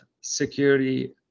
security